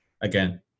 Again